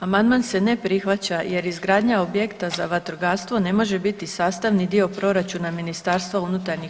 Amandman se ne prihvaća jer izgradnja objekta za vatrogastvo ne može biti sastavni dio proračuna MUP-a.